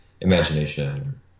imagination